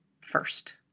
first